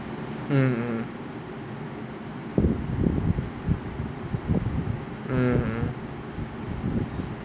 mm mm mm mm